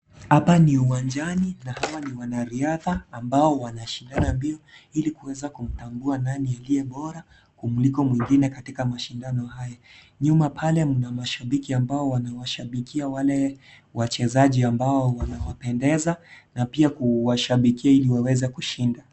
Hapa ni uwanjani na hawa ni wanariadha ambao wanashidana mbio ili wawze kumtambua nani aliye bora kumliko mwingine katika mashindano hayo ,nyuma pale mna mashabiki ambao wanawashabikia wale wachezaji ambao wanawapendeza na pia kuwashabikia ili waweze kushida.